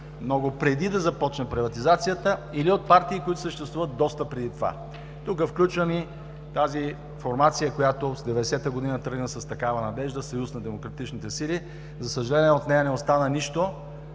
много преди да започне приватизацията, или от партии, които съществуват доста преди това. Тук включвам и тази формация, която през 1990 г. тръгна с такава надежда – „Съюзът на демократичните сили“. За съжаление, от нея не остана нищо